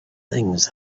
things